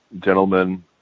gentlemen